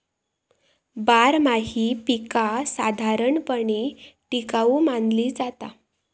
बारमाही पीका साधारणपणे टिकाऊ मानली जाता